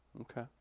Okay